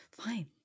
Fine